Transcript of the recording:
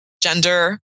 gender